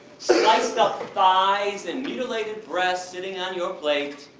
so sliced up thighs, and mutilated breasts sitting on your plate